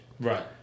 Right